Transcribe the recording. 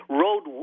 road